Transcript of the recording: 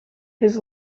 his